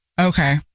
Okay